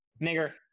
Nigger